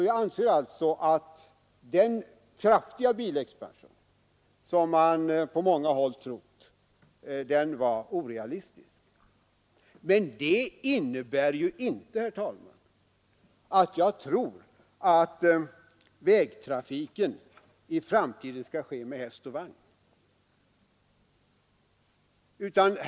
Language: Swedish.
Jag anser alltså den framtida bilexpansion, som man på många håll trott på, vara orealistisk. Men detta innebär ju inte, herr talman, att jag tror att vägtrafik i framtiden skall ske med häst och vagn.